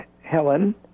Helen